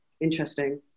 Interesting